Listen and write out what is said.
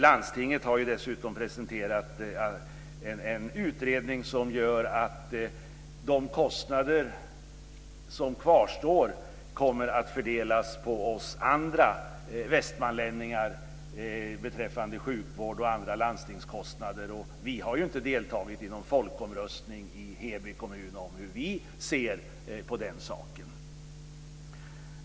Landstinget har ju dessutom presenterat en utredning som gör att de kostnader som kvarstår kommer att fördelas på oss andra västmanlänningar. Det gäller sjukvård och andra landstingskostnader. Vi har ju inte deltagit i någon folkomröstning i Heby kommun om hur vi ser på den saken.